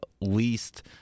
least